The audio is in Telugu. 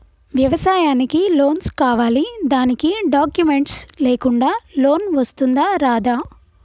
వ్యవసాయానికి లోన్స్ కావాలి దానికి డాక్యుమెంట్స్ లేకుండా లోన్ వస్తుందా రాదా?